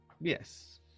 yes